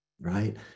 right